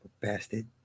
Bastard